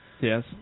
Yes